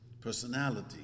personality